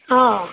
હા